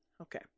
okay